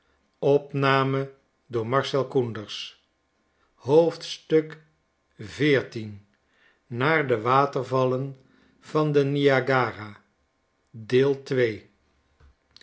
naar de watervallen van den niagara